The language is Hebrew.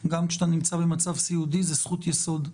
גם כשאתה נמצא במצב סיעודי זאת זכות יסוד.